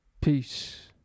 Peace